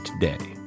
today